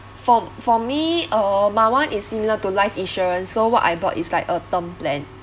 for for me uh my one is similar to life insurance so what I bought is like a term plan